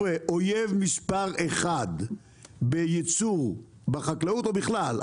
אויב מספר 1 בייצור בחקלאות ובכלל,